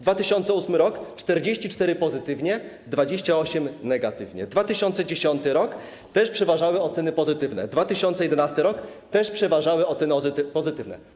2008 r. - 44 pozytywnie, 28 negatywnie, 2010 r. - też przeważały oceny pozytywne, 2011 r. - również przeważały oceny pozytywne.